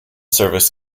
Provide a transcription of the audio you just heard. service